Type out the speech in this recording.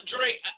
Drake